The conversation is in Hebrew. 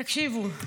תקשיבו,